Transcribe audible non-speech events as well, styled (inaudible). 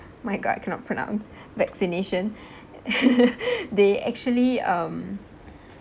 my god I cannot pronounce vaccination (laughs) they actually um